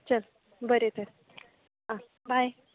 चल बरें तर आं बाय